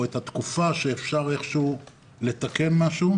או את התקופה שאפשר איכשהו לתקן משהו.